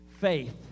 faith